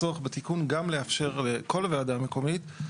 הצורך בתיקון גם לאפשר לכל ועדה מקומית,